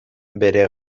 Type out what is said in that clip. bere